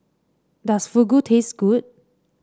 does Fugu taste good